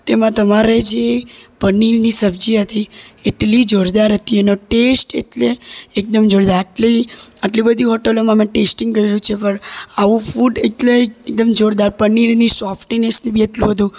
તેમાં તમારે જે પનીરની સબ્જી હતી એટલી જોરદાર હતી એનો ટેસ્ટ એટલે એકદમ જોરદાર આટલી આટલી બધી હોટલોમાં મેં ટેસ્ટિંગ કર્યું છે પણ આવો ફૂડ એટલે એકદમ જોરદાર પનીરની સોફ્ટીનેસ ને એટલું હતું